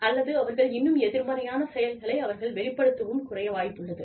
அல்லது அவர்கள் இன்னும் எதிர்மறையான செயல்களை அவர்கள் வெளிப்படுத்துவதும் குறைய வாய்ப்புள்ளது